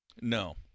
No